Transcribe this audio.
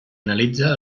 analitza